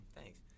Thanks